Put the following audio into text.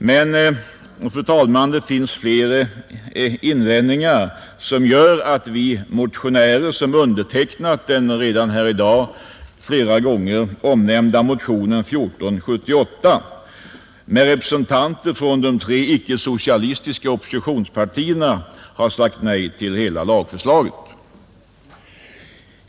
Men, fru talman, det finns fler invändningar som gör att vi motionärer, som undertecknat den här i dag redan flera gånger omnämnda motionen 1478 med representanter från de tre icke socialistiska oppositionspartierna, har sagt nej till hela lagförslaget.